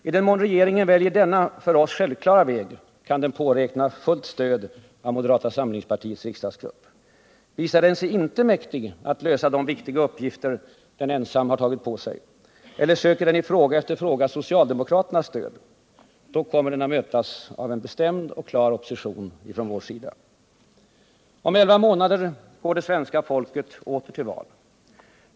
I den mån regeringen väljer denna för oss självklara väg, kan den påräkna fullt stöd av moderata samlingspartiets riksdagsgrupp. Visar den sig inte mäktig att lösa de viktiga uppgifter den ensam har tagit på sig eller söker den i fråga efter fråga socialdemokraternas stöd, då kommer den att mötas av en bestämd och klar opposition från vår sida. Om elva månader går det svenska folket åter till val.